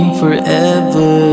forever